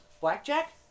Blackjack